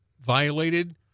violated